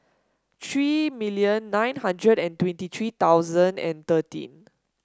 three million nine hundred and twenty three thousand and thirteen